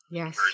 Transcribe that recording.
yes